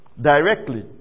Directly